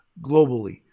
globally